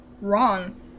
wrong